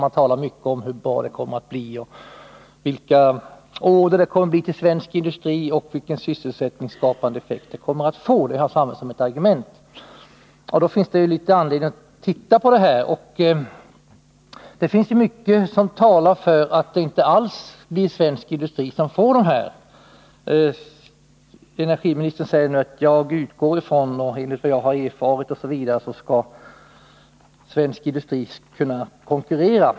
De talar ju mycket om hur bra det kommer att bli, vilka order svensk industri kommer att få och vilken sysselsättningsskapande effekt det kommer att ha. Då finns det anledning att titta på detta — mycket talar ju för att det inte alls blir svensk industri som får order här. Energiministern säger att han utgår från det och det och att enligt vad han erfarit osv. skall svensk industri kunna konkurrera.